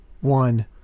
one